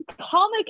comic